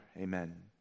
Amen